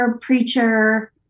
preacher